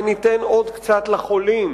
וניתן עוד קצת לחולים,